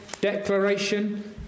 declaration